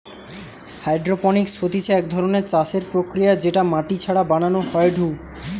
hydroponics হতিছে এক ধরণের চাষের প্রক্রিয়া যেটা মাটি ছাড়া বানানো হয়ঢু